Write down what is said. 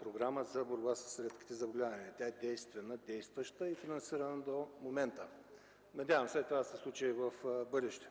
програма за борба с редките заболявания. Тя е действена, действаща и финансирана до момента. Надявам се това да се случи и в бъдеще.